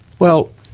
well,